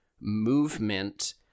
movement